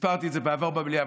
סיפרתי את זה בעבר במליאה,